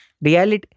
Reality